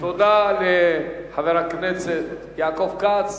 תודה לחבר הכנסת יעקב כץ.